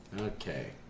Okay